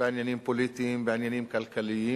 בעניינים פוליטיים, בעניינים כלכליים,